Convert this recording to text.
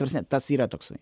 ta prasme tas yra toksai